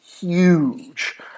huge